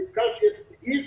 העיקר שיהיה סעיף